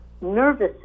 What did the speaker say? nervous